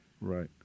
Right